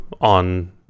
on